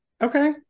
Okay